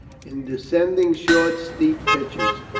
in descending short steep pitches,